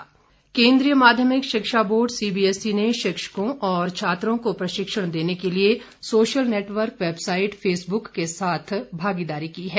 CBSE परीक्षण कार्यक्रम केंद्रीय माध्यमिक शिक्षा board C B S E ने शिक्षकों और छात्रों को प्रशिक्षण देने के लिए सोशल नेटवर्क वेबसाइट फेसब्क के साथ भागीदारी की है